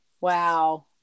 wow